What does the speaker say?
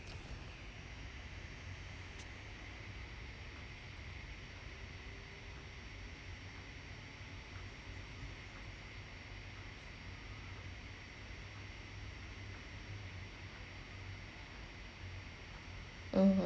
(uh huh)